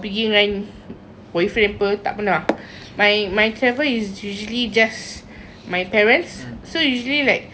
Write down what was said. dengan boyfriend apa tak pernah my my travel is usually just my parents so usually like